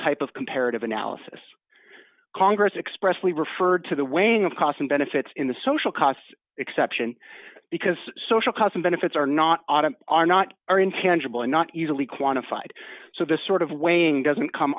type of comparative analysis congress expressly referred to the weighing of costs and benefits in the social cost exception because social cost benefits are not autumn are not are intangible and not easily quantified so this sort of weighing doesn't come